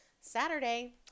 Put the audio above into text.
Saturday